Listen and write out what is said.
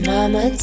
Mama